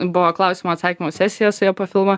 buvo klausimų atsakymų sesija su ja po filmo